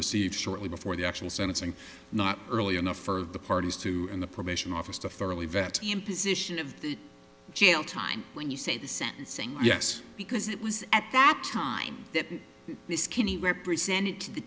received shortly before the actual sentencing not early enough for the parties to the probation office to thoroughly vet imposition of the jail time when you say the sentencing yes because it was at that time that the skinny represented to the